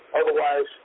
otherwise